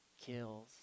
kills